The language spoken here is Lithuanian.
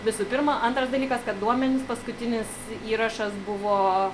visų pirma antras dalykas kad duomenys paskutinis įrašas buvo